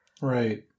Right